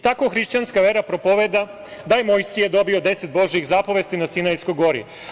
Tako hrišćanska vera propoveda da je Mojsije dobio 10 Božjih zapovesti na Sinajskoj gori.